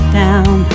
down